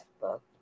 book